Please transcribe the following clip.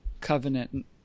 covenant